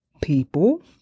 people